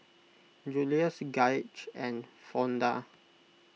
Julius Gaige and Fonda